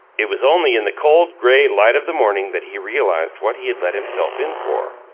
it was only in the cold, grey light of the morning that he realized what he had let himself in for.